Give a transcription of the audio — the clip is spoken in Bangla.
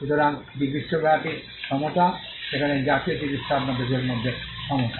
সুতরাং এটি বিশ্বব্যাপী সমতা যেখানে জাতীয় চিকিত্সা আপনার দেশের মধ্যে সমতা